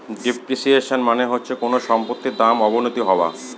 depreciation মানে হচ্ছে কোনো সম্পত্তির দাম অবনতি হওয়া